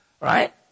Right